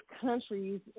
countries